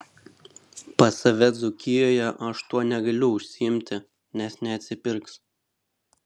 pas save dzūkijoje aš tuo negaliu užsiimti nes neatsipirks